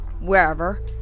wherever